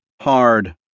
Hard